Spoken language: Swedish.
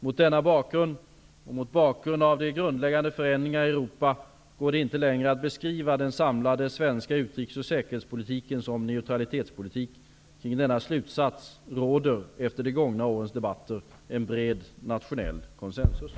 Mot denna bakgrund, och mot bakgrund av de grundläggande förändringarna i Europa, går det inte längre att beskriva den samlade svenska utrikes och säkerhetspolitiken som neutralitetspolitik. Kring denna slutsats råder efter det gångna årets debatter en bred nationell konsensus.